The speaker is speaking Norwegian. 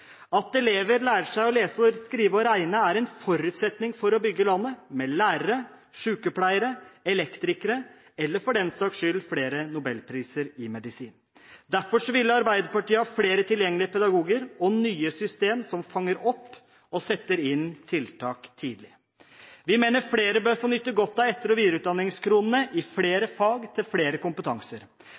At elever lærer seg å lese, skrive og regne, er en forutsetning for å bygge landet med lærere, sykepleiere, elektrikere – eller for den saks skyld flere nobelprisvinnere i medisin. Derfor vil Arbeiderpartiet ha flere tilgjengelige pedagoger og nye system som fanger opp elever og setter inn tiltak tidlig. Vi mener flere bør få nyte godt av etter- og videreutdanningskronene i flere fag og til flere kompetanser.